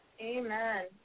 Amen